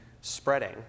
spreading